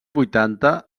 vuitanta